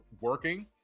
working